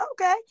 Okay